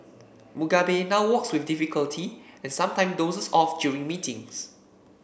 Mugabe now walks with difficulty and sometimes dozes off during meetings